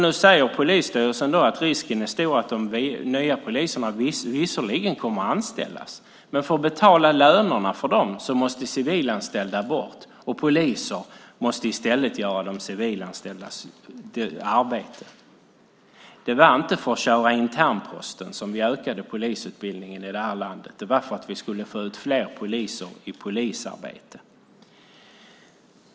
Nu säger polisstyrelsen att risken är stor att de nya poliserna visserligen kommer att anställas, men för att betala lönerna för dem måste civilanställda bort. Poliser måste i stället göra de civilanställdas arbete. Det var inte för att köra internposten som vi utökade polisutbildningen i det här landet. Det var för att vi skulle få ut fler poliser i polisarbete.